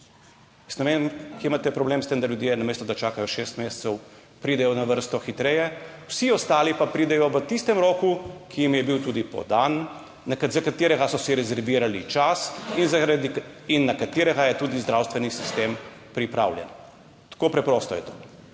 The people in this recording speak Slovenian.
ne vem kje imate problem s tem, da ljudje namesto, da čakajo šest mesecev, pridejo na vrsto hitreje. Vsi ostali pa pridejo v tistem roku, ki jim je bil tudi podan, za katerega so si rezervirali čas. In na katerega je tudi zdravstveni sistem pripravljen. Tako preprosto je to.